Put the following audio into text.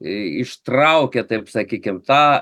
ištraukė taip sakykim tą